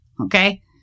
okay